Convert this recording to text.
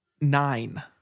nine